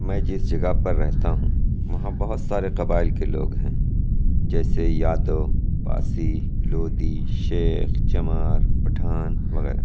میں جس جگہ پر رہتا ہوں وہاں بہت سارے قبائل کے لوگ ہیں جیسے یادو پاسی لودی شیخ کمار پٹھان وغیرہ